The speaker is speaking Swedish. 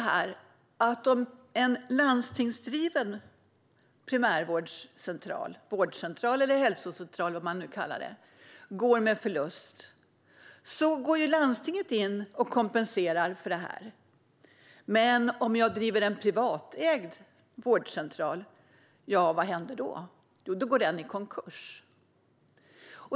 Om en landstingsdriven primärvårdscentral - vårdcentral eller hälsocentral - går med förlust går landstinget in och kompenserar. Men om jag driver en privatägd vårdcentral går den i konkurs.